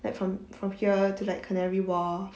like from from here to like canary wharf